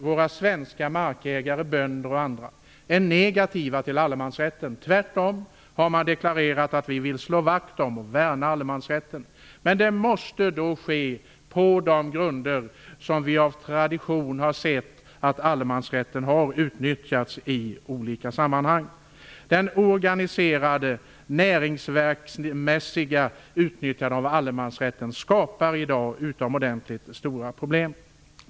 Våra svenska markägare, bönder och andra, är inte negativa till allemansrätten. De har tvärtom deklarerat att de vill slå vakt om och värna allemansrätten. Men allemansrätten måste då utövas på de grunder som av tradition har gällt för utnyttjandet av allemansrätten i olika sammanhang. Det organiserade, näringsmässiga utnyttjandet av allemansrätten skapar i dag utomordentligt stora problem.